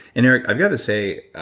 and eric i've got to say